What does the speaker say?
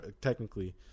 technically